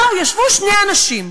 ישבו שני אנשים,